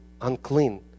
unclean